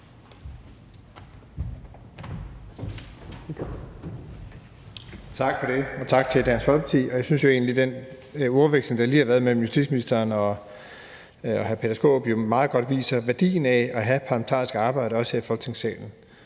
Tak for det, og tak til Dansk Folkeparti. Jeg synes jo egentlig, at den ordveksling, der lige har været mellem justitsministeren og hr. Peter Skaarup, meget godt viser værdien af at have en parlamentarisk debat her i Folketingssalen,